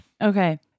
Okay